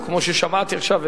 או כמו ששמעתי עכשיו,